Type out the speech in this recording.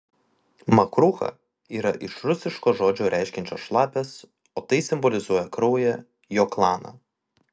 makrucha yra iš rusiško žodžio reiškiančio šlapias o tai simbolizuoja kraują jo klaną